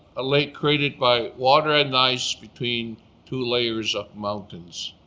a lake created by water and ice between two layers of mountains.